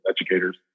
educators